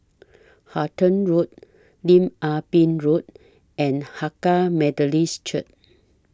Halton Road Lim Ah Pin Road and Hakka Methodist Church